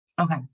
Okay